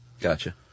Gotcha